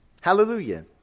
Hallelujah